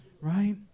right